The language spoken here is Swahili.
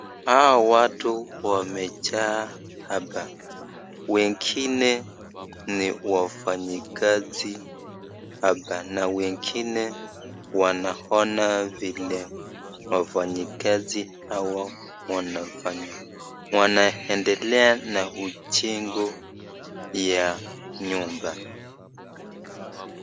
Hawa watu wamejaa hapa, wengine ni wafanyikazi hapa na wengine wanaona vile wafanyikazi hawa wanafanya. Wanaendelea na mjengo ya nyumba.